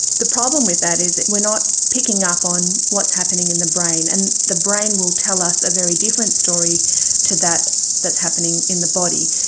the problem with that is that we're not picking up on what's happening in the brain, and the brain will tell us a very different story to that that's happening in the body.